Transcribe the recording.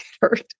hurt